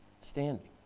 standing